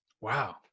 Wow